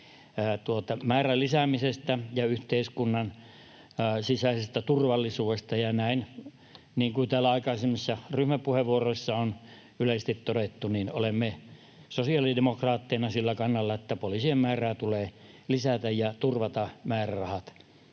määrän lisäämisestä ja yhteiskunnan sisäisestä turvallisuudesta, ja niin kuin täällä aikaisemmissa ryhmäpuheenvuorossa on yleisesti todettu, olemme sosiaalidemokraatteina sillä kannalla, että poliisien määrää tulee lisätä ja turvata määrärahat